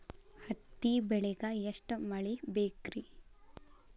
ಹತ್ತಿ ಬೆಳಿಗ ಎಷ್ಟ ಮಳಿ ಬೇಕ್ ರಿ?